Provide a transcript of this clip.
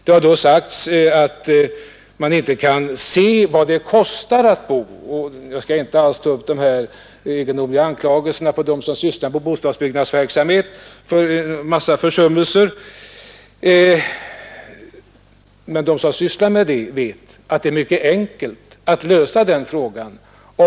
Det har sagts att barnfamiljerna då inte ser vad det kostar att bo. Jag skall inte ta upp de egendomliga anklagelser som riktats mot dem som sysslar med bostadsverksamhet för att ha gjort en massa försummelser, men de som arbetar med detta vet att det är mycket enkelt att lösa den frågan.